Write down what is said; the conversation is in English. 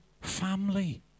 family